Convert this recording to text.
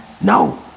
No